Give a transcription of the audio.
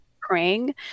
praying